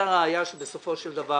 הראיה שבסופו של דבר